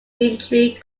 reentry